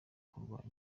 kurwanya